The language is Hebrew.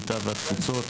הקליטה והתפוצות,